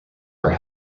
are